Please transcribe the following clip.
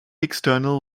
external